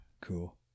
Cool